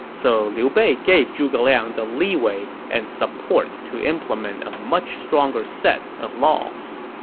so liu bei gave zhuge liang the leeway and support to implement a much stronger set of laws